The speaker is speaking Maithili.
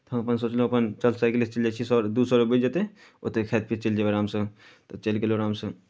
हम अपन सोचलहुँ अपन चल साइकिलेसँ चलि जाइत छी सए दू सए रुपैआ बचि जयतै ओतेक खाइत पियैत चलि जयबै आरामसँ तऽ चलि गेलहुँ आरामसँ